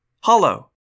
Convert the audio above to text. hollow